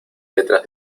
letras